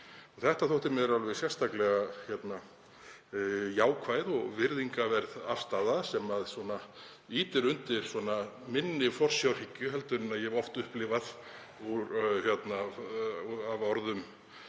Þetta þótti mér er alveg sérstaklega jákvæð og virðingarverð afstaða sem ýtir undir minni forsjárhyggju en ég hef oft upplifað af orðum